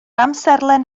amserlen